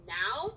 now